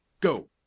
Go